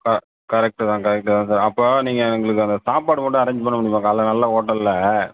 ஆ correct தான் correct தான் sir அப்போது நீங்கள் எங்களுக்கு அந்த சாப்பாடு மட்டும் அரேஞ்ச் பண்ண முடியுமா காலையில் நல்ல ஹோட்டலில்